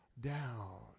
down